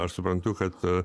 aš suprantu kad